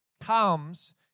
comes